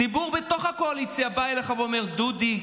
ציבור בתוך הקואליציה בא אליך ואומר: דודי,